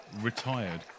retired